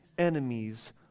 enemies